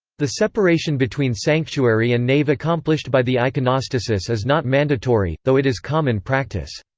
the separation between sanctuary and nave accomplished by the iconostasis is not mandatory, though it is common practice.